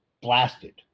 blasted